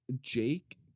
Jake